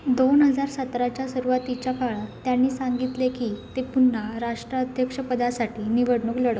दोन हजार सतराच्या सुरुवातीच्या काळात त्यांनी सांगितले की ते पुन्हा राष्ट्राध्यक्षपदासाठी निवडणूक लढो